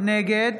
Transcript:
נגד